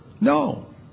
No